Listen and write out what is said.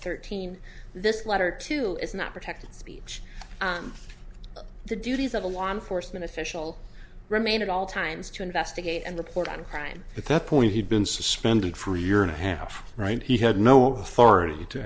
thirteen this letter to is not protected speech the duties of a law enforcement official remain at all times to investigate and report on a crime at that point he'd been suspended for a year and a half right he had no authority to